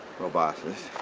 proboscus